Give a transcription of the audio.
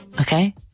Okay